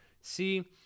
See